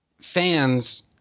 fans